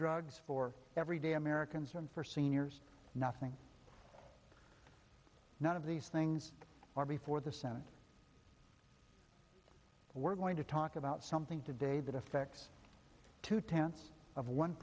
drugs for everyday americans and for seniors nothing none of these things are before the senate we're going to talk about something today that affects two tenths of one